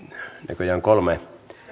näköjään kolme